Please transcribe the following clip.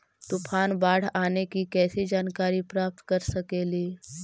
तूफान, बाढ़ आने की कैसे जानकारी प्राप्त कर सकेली?